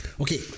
Okay